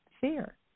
fear